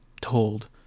told